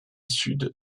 sud